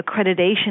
accreditation